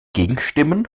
gegenstimmen